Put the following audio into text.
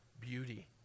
beauty